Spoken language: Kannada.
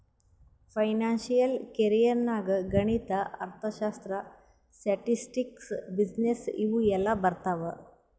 ಫೈನಾನ್ಸಿಯಲ್ ಕೆರಿಯರ್ ನಾಗ್ ಗಣಿತ, ಅರ್ಥಶಾಸ್ತ್ರ, ಸ್ಟ್ಯಾಟಿಸ್ಟಿಕ್ಸ್, ಬಿಸಿನ್ನೆಸ್ ಇವು ಎಲ್ಲಾ ಬರ್ತಾವ್